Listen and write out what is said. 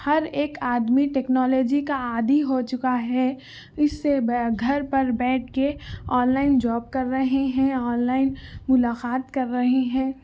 ہر ایک آدمی ٹیکنالوجی كا عادى ہو چكا ہے اِس سے گھر پر بيٹھ كے آن لائن جاب کر رہے ہیں آن لائن ملاقات کر رہے ہیں